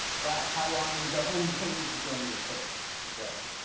brad, how long is the home page going to take to build?